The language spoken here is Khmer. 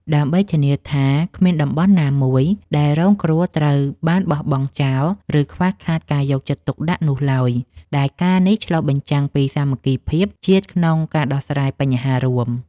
លើសពីនេះទៅទៀត ការបញ្ចូលនូវកម្លាំងពីវិស័យឯកជន និងអង្គការសង្គមស៊ីវិល គឺជាការកៀងគរធនធានបន្ថែមទាំងផ្នែកសម្ភារៈ បច្ចេកទេស និងស្បៀងអាហារ។